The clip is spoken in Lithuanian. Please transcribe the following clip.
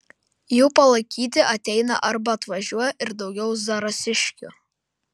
jų palaikyti ateina arba atvažiuoja ir daugiau zarasiškių